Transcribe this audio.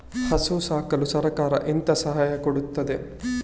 ಹಸು ಸಾಕಲು ಸರಕಾರ ಎಂತ ಸಹಾಯ ಕೊಡುತ್ತದೆ?